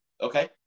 Okay